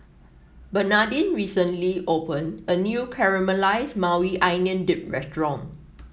Bernadine recently opened a new Caramelized Maui Onion Dip restaurant